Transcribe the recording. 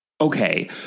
Okay